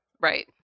Right